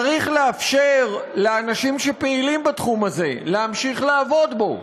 צריך לאפשר לאנשים שפעילים בתחום הזה להמשיך לעבוד בו.